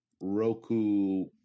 Roku